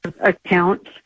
account